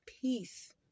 peace